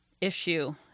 issue